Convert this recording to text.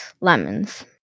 Lemons